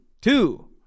Two